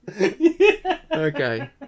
okay